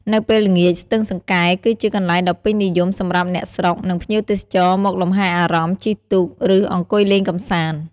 នៅពេលល្ងាច ស្ទឹងសង្កែគឺជាកន្លែងដ៏ពេញនិយមសម្រាប់អ្នកស្រុក និងភ្ញៀវទេសចរមកលំហែអារម្មណ៍ ជិះទូក ឬអង្គុយលេងកម្សាន្ត។